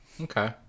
Okay